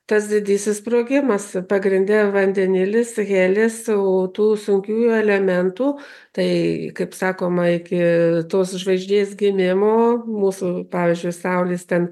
tas didysis sprogimas pagrinde vandenilis helis o tų sunkiųjų elementų tai kaip sakoma iki tos žvaigždės gimimo mūsų pavyzdžiui saulės ten